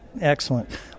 Excellent